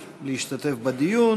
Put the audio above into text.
להשתתף בדיון.